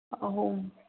ꯑꯍꯨꯝ